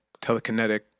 telekinetic